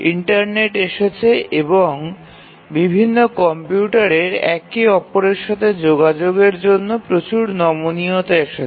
internet এসেছে এবং বিভিন্ন কম্পিউটারের একে অপরের সাথে যোগাযোগের জন্য প্রচুর নমনীয়তা এসেছে